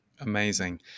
Amazing